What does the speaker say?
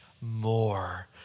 more